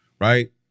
right